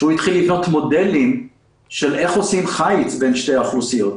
שהתחיל לבנות מודלים איך עושים חיץ בין שתי האוכלוסיות,